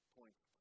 points